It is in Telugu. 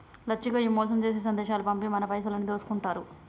లచ్చిగో ఈ మోసం జేసే సందేశాలు పంపి మన పైసలన్నీ దోసుకుంటారు